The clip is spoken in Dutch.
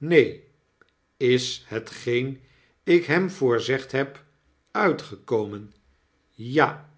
neen is hetgeen ik hem voorzegd heb uitgekomen ja